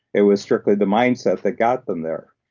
it was strictly the mindset that got them there.